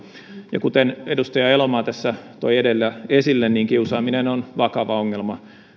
kuten edustaja elomaa tässä toi edellä esille kiusaaminen on vakava ongelma